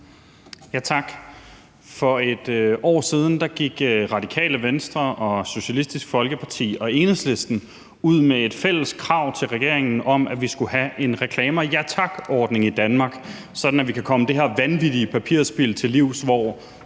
Tak. For et år siden gik Radikale Venstre og Socialistisk Folkeparti og Enhedslisten ud med et fælles krav til regeringen om, at vi skulle have en Reklamer Ja Tak-ordning i Danmark, sådan at vi kan komme det her vanvittige papirspild til livs, hvor